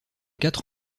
quatre